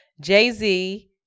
Jay-Z